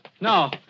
No